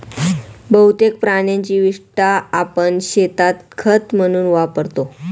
बहुतेक प्राण्यांची विस्टा आपण शेतात खत म्हणून वापरतो